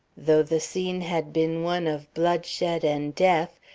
though the scene had been one of bloodshed and death,